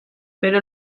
pero